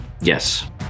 Yes